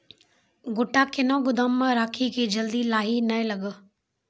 गोटा कैनो गोदाम मे रखी की जल्दी लाही नए लगा?